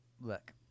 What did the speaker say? look